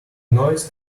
noise